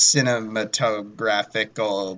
Cinematographical